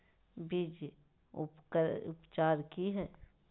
बीज उपचार कि हैय?